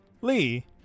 Lee